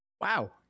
Wow